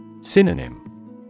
Synonym